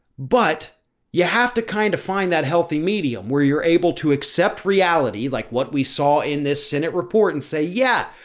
but you have to kind of find that healthy medium, where you're able to accept reality. like what we saw in this senate report and say, yeah,